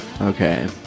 Okay